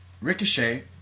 Ricochet